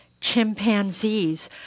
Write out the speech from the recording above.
chimpanzees